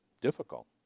Difficult